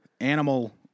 animal